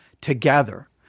together